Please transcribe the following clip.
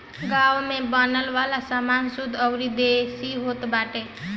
गांव में बने वाला सामान शुद्ध अउरी देसी होत बाटे